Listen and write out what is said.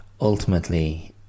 ultimately